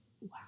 Wow